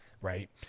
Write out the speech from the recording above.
right